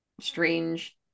strange